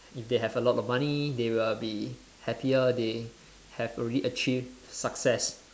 if they have a lot of money they will be happier they have already achieve success